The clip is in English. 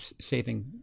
saving